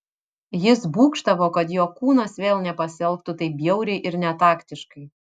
jis būgštavo kad jo kūnas vėl nepasielgtų taip bjauriai ir netaktiškai